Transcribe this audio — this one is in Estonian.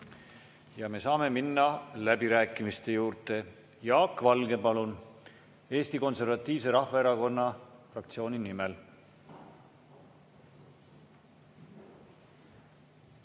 Ja me saame minna läbirääkimiste juurde. Jaak Valge, palun, Eesti Konservatiivse Rahvaerakonna fraktsiooni nimel!